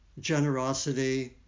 generosity